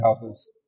houses